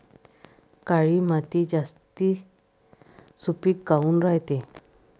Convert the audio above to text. काळी माती जास्त सुपीक काऊन रायते?